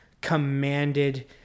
commanded